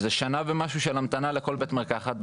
מדובר על שנה ומשהו של המתנה לכל בית מרקחת.